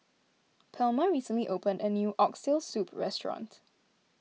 Palma recently opened a new Oxtail Soup restaurant